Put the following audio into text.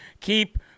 Keep